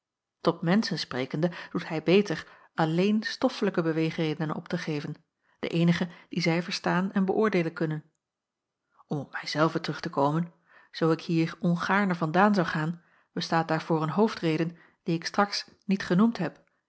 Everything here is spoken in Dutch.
tot menschen sprekende doet hij beter alleen stoffelijke beweegredenen op te geven de eenige die zij verstaan en beöordeelen kunnen om op mij zelven terug te komen zoo ik hier ongaarne vandaan zou gaan bestaat daarvoor een hoofdreden die ik straks niet genoemd heb